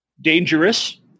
dangerous